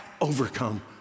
overcome